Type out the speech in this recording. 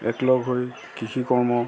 একলগ হৈ কৃষি কৰ্ম